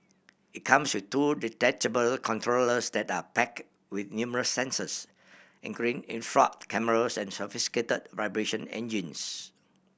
it comes with two detachable controllers that are packed with numerous sensors including infrared cameras and sophisticated vibration engines